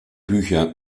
bücher